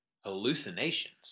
hallucinations